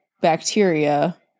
bacteria